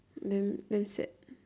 than very sad